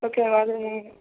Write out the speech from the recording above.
okay ma'am ഇനി